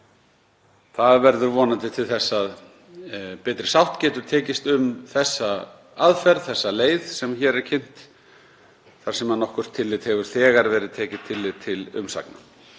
Það verður vonandi til þess að betri sátt getur tekist um þessa aðferð, þá leið sem hér er kynnt, þar sem nokkurt tillit hefur þegar verið tekið til umsagna.